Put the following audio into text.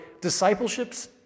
discipleships